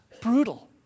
brutal